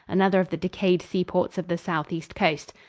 another of the decayed seaports of the southeast coast.